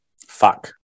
Fuck